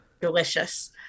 delicious